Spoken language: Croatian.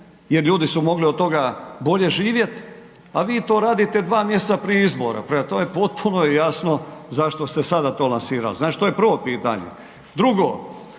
jer ljudi su mogli od toga bolje živjeti, a vi to radite dva mjeseca prije izbora. Prema tome, potpuno je jasno zašto ste sada to lansirali. To je prvo pitanje. Drugo.